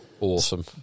awesome